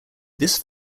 this